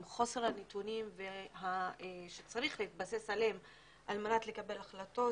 עם חוסר בנתונים עליהם צריך להתבסס על מנת לקבל החלטות,